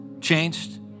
changed